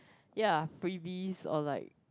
ya freebies or like